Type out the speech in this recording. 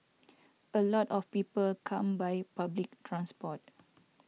a lot of people come by public transport